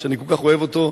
שאני כל כך אוהב אותו,